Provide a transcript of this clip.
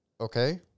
Okay